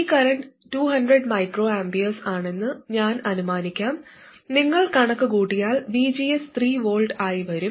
ഈ current 200 µA ആണെന്ന് ഞാൻ അനുമാനിക്കാം നിങ്ങൾ കണക്കുകൂട്ടിയാൽ VGS 3 V ആയി വരും